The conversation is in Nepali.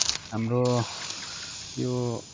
हाम्रो यो